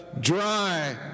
dry